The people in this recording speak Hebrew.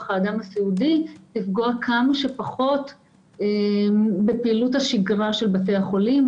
האדם הסיעודי לפגוע כמה שפחות בפעילות השגרה של בתי החולים,